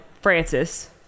Francis